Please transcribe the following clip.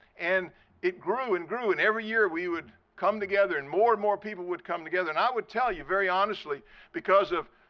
and it grew and grew and every year we would come together and more and more people would come together. and i would tell you very honestly because of